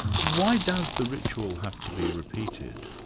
why does the ritual have to be repeated?